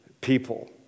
people